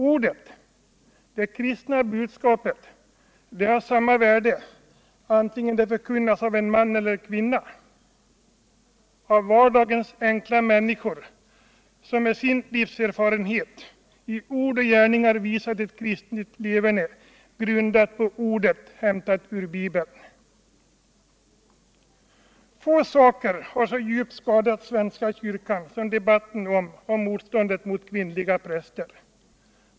Ordet, dvs. det kristna budskapet, har samma värde antingen det förkunnas av en man eller av en kvinna i predikstolen, av en av vardagens enkla människor, som med sin livserfarenhet i ord och gärningar visar ett kristligt leverne, grundat på Ordet, hämtat ur Bibeln. Få saker har så djupt skadat svenska kyrkan som debatten om och motståndet mot kvinnliga präster.